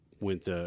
went